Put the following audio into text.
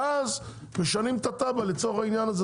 ואז משנים את התב"ע לצורך העניין הזה.